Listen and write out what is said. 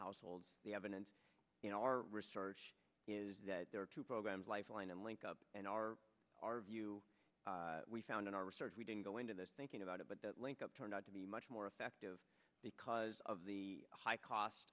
households the evidence you know our research is that there are two programs lifeline and link up in our our view we found in our research we didn't go into this thinking about it but the linkup turned out to be much more effective because of the high cost